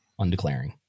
undeclaring